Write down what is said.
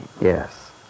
Yes